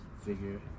figure